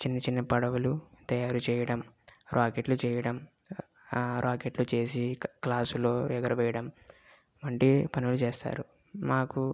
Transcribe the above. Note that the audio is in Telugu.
చిన్న చిన్న పడవలు తయారు చెయ్యడం రాకెట్లు చెయ్యడం ఆ రాకెట్లు చేసి క్లాసుల్లో ఎగరవేయడం వంటి పనులు చేస్తారు మాకు